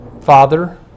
Father